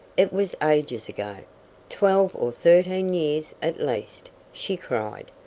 it was ages ago twelve or thirteen years at least, she cried,